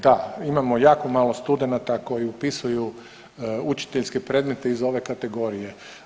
Da, imamo jako malo studenata koji upisuju učiteljske predmete iz ove kategorije.